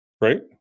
Right